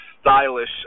stylish